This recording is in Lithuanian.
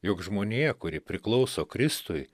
juk žmonija kuri priklauso kristui